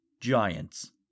giants